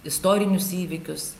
istorinius įvykius